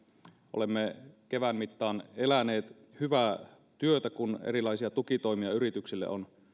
olemme kevään mittaan eläneet hyvää työtä kun erilaisia tukitoimia yrityksille on